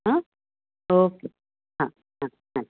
हां ओके हां हां हां